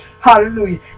Hallelujah